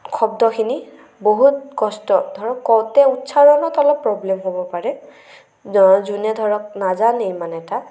শব্দখিনি বহুত কষ্ট ধৰক কওঁতে উচ্চাৰণত অলপ প্ৰব্লেম হ'ব পাৰে ন যোনে ধৰক নাজানেই ইমান এটা